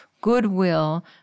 goodwill